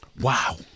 Wow